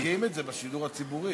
או משקיעים את זה בשידור הציבורי.